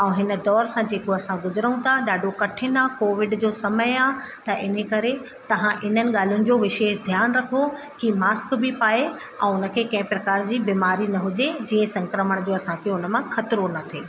ऐं हिन दौर सां असां जेको गुज़रऊं था ॾाढो कठिन आ्हे कोविड जो समय आहे त इन करे तव्हां इननि ॻाल्हियुनि जो विशेष ध्यानु रखो की मास्क बि पाए ऐं उन खे कंहिं प्रकार जी बीमारी न हुजे जीअं संक्रमण जो असांखे उन मां ख़तिरो न थिए